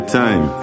time